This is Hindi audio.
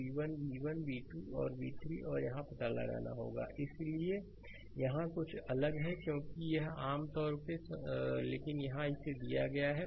स्लाइड समय देखें 2156 यहाँ कुछ अलग है क्योंकि आम तौर पर संदर्भ समय 2152 लेकिन यहाँ इसे दिया गया है